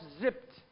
zipped